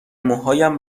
موهایم